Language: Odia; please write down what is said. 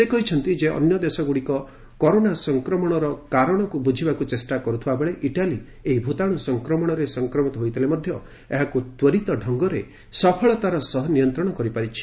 ସେ କହିଛନ୍ତି ଯେ ଅନ୍ୟ ଦେଶଗୁଡ଼ିକ କରୋନା ସଂକ୍ରମଣର କାରଶକୁ ବୁଝିବାକୁ ଚେଷ୍ଟା କରୁଥିବା ବେଳେ ଇଟାଲୀ ଏହି ଭୂତାଣୁ ସଫ୍ରମଣରେ ସଫକ୍ରମିତ ହୋଇଥିଲେ ମଧ୍ୟ ଏହାକୁ ତ୍ୱରିତ ଢଙ୍ଗରେ ସଫଳତାର ସହ ନିୟନ୍ତ୍ରଣ କରିପାରିଛି